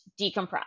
decompress